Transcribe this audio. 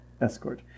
Escort